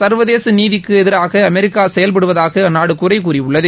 சா்வதேச நீதிக்கு எதிராக அமெரிக்கா செயல்படுவதாக அந்நாடு குறை கூறியுள்ளது